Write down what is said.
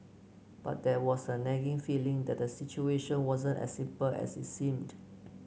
but there was a nagging feeling that the situation wasn't as simple as it seemed